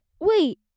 wait